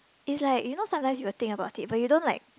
is like you know sometimes you will think about it but you don't like